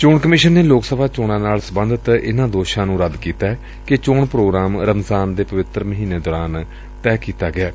ਚੋਣ ਕਮਿਸ਼ਨ ਨੇ ਲੋਕ ਸਭਾ ਚੋਣਾ ਨਾਲ ਸਬੰਧਤ ਇਨੂਾ ਦੋਸ਼ਾ ਨੂੰ ਰੱਦ ਕੀਤੈ ਕਿ ਚੋਣ ਪ੍ਰੋਗਰਾਮ ਰਮਜ਼ਾਨ ਦੇ ਪਵਿੱਤਰ ਮਹੀਨੇ ਦੌਰਾਨ ਤੈਅ ਕੀਤਾ ਗਿਐ